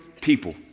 people